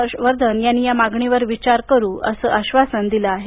हर्ष वर्धन यांनी या मागणीवर विचार करू असं आश्वासन दिलं आहे